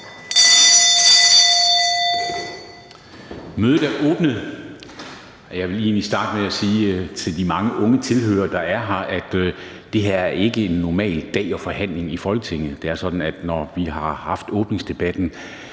Mødet er åbnet. Jeg vil egentlig starte med at sige til de mange unge tilhørere, der er her, at det her ikke er en normal dag med forhandling i Folketinget. Det er sådan, at når vi har haft åbningen